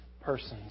persons